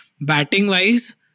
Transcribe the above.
batting-wise